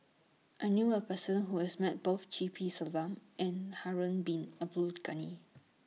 I knew A Person Who has Met Both G P Selvam and Harun Bin Abdul Ghani